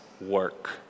work